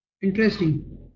Interesting